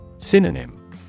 Synonym